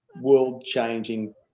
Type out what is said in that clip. world-changing